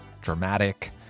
dramatic